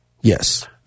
yes